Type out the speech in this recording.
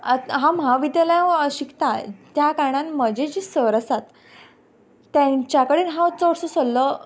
हांव महाविद्यालयान शिकतां त्या कारणान म्हजी जी सर आसात तांच्या कडेन हांव चडसो सल्लो